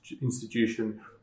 institution